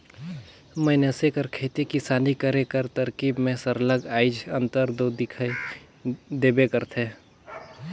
मइनसे कर खेती किसानी करे कर तरकीब में सरलग आएज अंतर दो दिखई देबे करथे